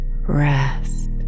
rest